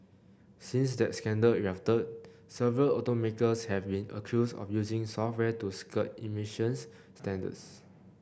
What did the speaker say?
since that scandal erupted several automakers have been accused of using software to skirt emissions standards